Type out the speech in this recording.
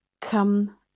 come